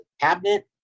cabinet